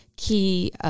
key